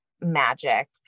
magic